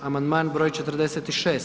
Amandman broj 46.